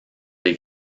les